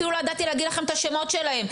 אפילו לא ידעתי להגיד לכם את השמות שלהם.